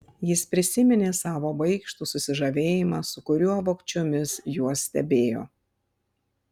jis prisiminė savo baikštų susižavėjimą su kuriuo vogčiomis juos stebėjo